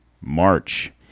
March